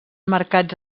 marcats